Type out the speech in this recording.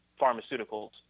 pharmaceuticals